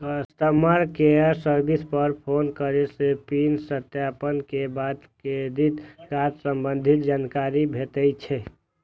customer care service पर phone करै सं पिन सत्यापन के बाद क्रेडिट कार्ड संबंधी जानकारी भेटै छै